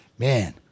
Man